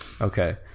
okay